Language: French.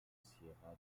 sierra